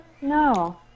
No